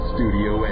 Studio